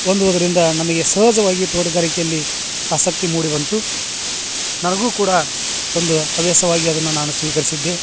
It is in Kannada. ಹೊಂದುದರಿಂದ ನಮಗೆ ಸಹಜವಾಗಿ ತೋಟಗಾರಿಕೆಯಲ್ಲಿ ಆಸಕ್ತಿ ಮೂಡಿ ಬಂತು ನನಗೂ ಕೂಡ ಒಂದು ಹವ್ಯಾಸವಾಗಿ ಅದನ ನಾನು ಸ್ವೀಕರಿಸಿದ್ದೆ